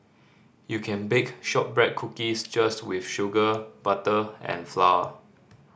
you can bake shortbread cookies just with sugar butter and flour